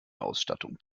ausstattung